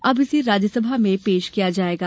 अब इसे राज्यसभा में पेश किया जाएगा